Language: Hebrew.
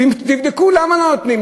תבדקו למה לא נותנים,